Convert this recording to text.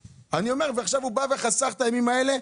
עכשיו הוא חסך את הימים האלה.